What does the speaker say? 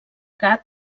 gat